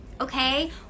okay